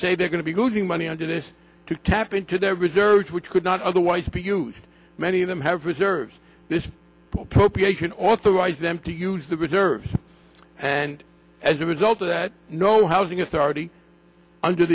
say they're going to be good money under this to tap into their reserves which could not otherwise be used many of them have reserves this appropriation authorized them to use the reserves and as a result of that no housing authority under